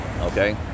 okay